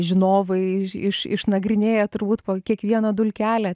žinovai iš išnagrinėję turbūt po kiekvieną dulkelę